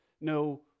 no